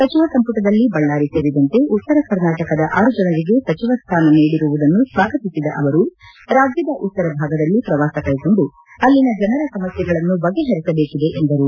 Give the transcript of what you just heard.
ಸಚಿವ ಸಂಪುಟದಲ್ಲಿ ಬಳ್ಳಾರಿ ಸೇರಿದಂತೆ ಉತ್ತರ ಕರ್ನಾಟಕದ ಆರು ಜನರಿಗೆ ಸಚಿವ ಸ್ಥಾನ ನೀಡಿರುವುದನ್ನು ಸ್ವಾಗತಿಸಿದ ಅವರು ರಾಜ್ಯದ ಉತ್ತರ ಭಾಗದಲ್ಲಿ ಪ್ರವಾಸ ಕೈಗೊಂಡು ಅಲ್ಲಿನ ಜನರ ಸಮಸ್ಥೆಗಳನ್ನು ಬಗೆಹರಿಸಬೇಕಿದೆ ಎಂದರು